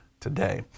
today